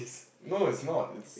no it's not it's